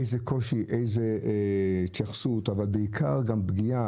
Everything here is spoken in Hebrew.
איזה קושי, איזו התייחסות, אבל בעיקר גם פגיעה.